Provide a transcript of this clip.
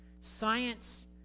science